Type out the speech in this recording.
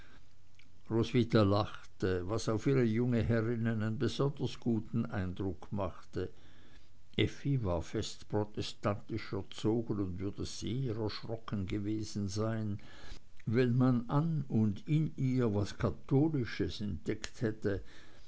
roswitha lachte was auf ihre junge herrin einen besonders guten eindruck machte effi war fest protestantisch erzogen und würde sehr erschrocken gewesen sein wenn man an und in ihr was katholisches entdeckt hätte